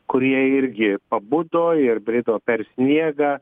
kurie irgi pabudo ir brido per sniegą